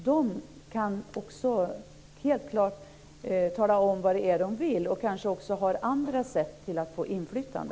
De kan helt klart tala om vad det är de vill. De kanske också har förslag på andra sätt att få inflytande.